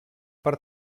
per